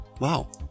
Wow